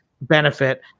benefit